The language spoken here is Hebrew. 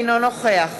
אינו נוכח